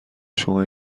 شما